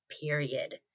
period